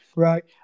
Right